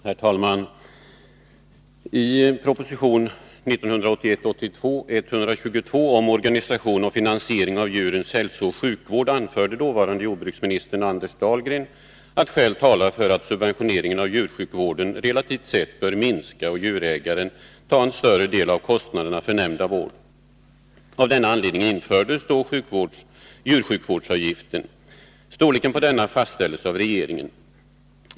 Herr talman! I proposition 1981/82:122 om organisation och finansiering av djurens hälsooch sjukvård anförde dåvarande jordbruksministern Anders Dahlgren att skäl talar för att subventioneringen av djursjukvården relativt sett bör minska och djurägaren ta en större del av kostnaderna för nämnda vård. Av denna anledning infördes djursjukvårdsavgiften. Storleken på denna fastställdes av regeringen.